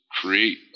create